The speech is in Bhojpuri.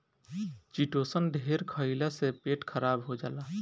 चिटोसन ढेर खईला से पेट खराब हो जाला